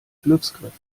glücksgriff